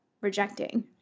rejecting